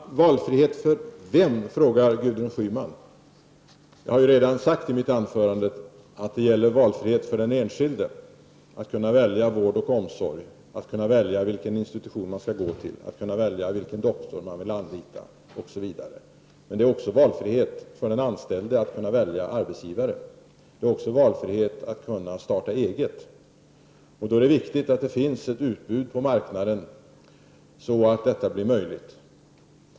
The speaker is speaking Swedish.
Herr talman! Valfrihet för vem? frågar Gudrun Schyman. Jag har redan sagt i mitt anförande att det gäller valfrihet för den enskilde att kunna välja vård och omsorg, välja vilken institution man skall gå till, välja vilken doktor man skall anlita osv. Det är också valfrihet för den anställde att välja arbetsgivare. Det är valfrihet att starta eget. Då är det viktigt att det finns ett utbud på marknaden så att detta blir möjligt.